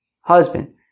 husband